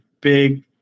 big